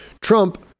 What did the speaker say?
Trump